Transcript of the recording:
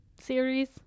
series